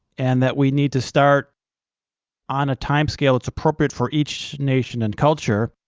and that we need to start on a time scale that's appropriate for each nation and culture,